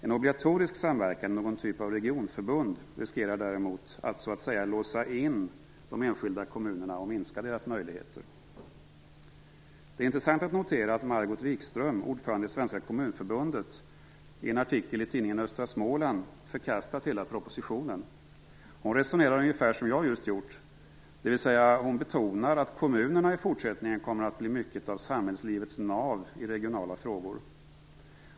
En obligatorisk samverkan i någon typ av regionförbund riskerar däremot att så att säga låsa in de enskilda kommunerna och minska deras möjligheter. Det är intressant att notera att Margot Wikström, ordförande i Svenska kommunförbundet, i en artikel i tidningen Östra Småland förkastat hela propositionen. Hon resonerar ungefär som jag just gjort, dvs. hon betonar att kommunerna i fortsättningen kommer att bli mycket av samhällslivets nav i regionala frågor.